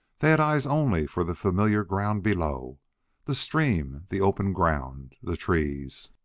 they had eyes only for the familiar ground below the stream, the open ground, the trees.